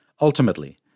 Ultimately